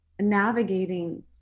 navigating